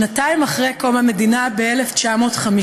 שנתיים אחרי קום המדינה, ב-1950,